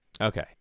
Okay